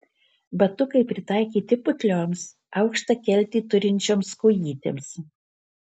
batukai pritaikyti putlioms aukštą keltį turinčioms kojytėms